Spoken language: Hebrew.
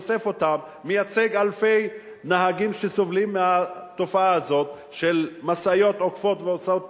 מייצג אלפי נהגים שסובלים מהתופעה הזאת של משאיות עוקפות ועושות פקק,